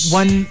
one